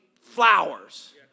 flowers